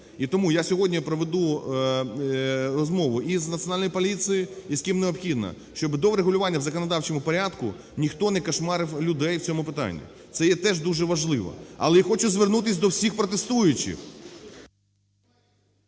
І тому я сьогодні проведу розмову і з Національною поліцією, і з ким необхідно, щоб до врегулювання в законодавчому порядку ніхто не "кошмарив" людей в цьому питанні. Це є теж дуже важливо. Але я хочу звернутись до всіх протестуючих…